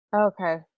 Okay